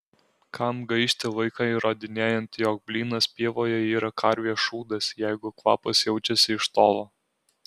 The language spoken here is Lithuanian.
kam gaišti laiką įrodinėjant jog blynas pievoje yra karvės šūdas jeigu kvapas jaučiasi iš tolo